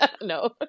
No